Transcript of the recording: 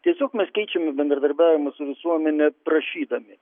tiesiog mes keičiam į bendradarbiavimą su visuomene prašydami